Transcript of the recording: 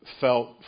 felt